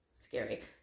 scary